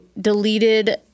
deleted